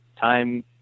time